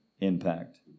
impact